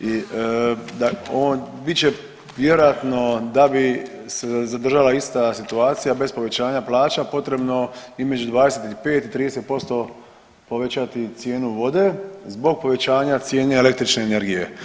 i da on, bit će vjerojatno da bi se zadržala ista situacija bez povećanja plaća, potrebno između 25 i 30% povećati cijenu vode zbog povećanja cijene električne energije.